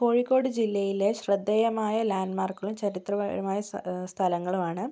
കോഴിക്കോട് ജില്ലയിലെ ശ്രദ്ധേയമായ ലാൻഡ് മാർക്കുകളും ചരിത്രപരമായ സ്ഥ സ്ഥലങ്ങളുമാണ്